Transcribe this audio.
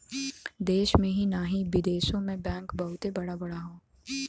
देश में ही नाही बिदेशो मे बैंक बहुते बड़ा बड़ा हौ